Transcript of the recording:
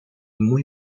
muy